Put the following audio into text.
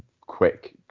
quick